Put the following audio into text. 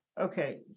okay